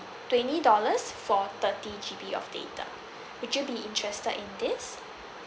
twenty dollars for thirty G_B of data would you be interested in this